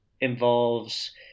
involves